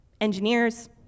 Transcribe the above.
engineers